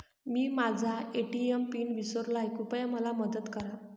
मी माझा ATM PIN विसरलो आहे, कृपया मला मदत करा